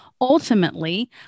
Ultimately